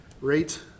rate